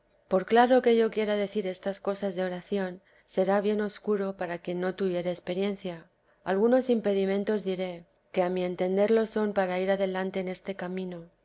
por claro que yo quiera decir estas cosas de oración será bien obscuro para quien no tuviere experiencia algunos impedimentos diré que a mi entender lo son para ir adelante en este camino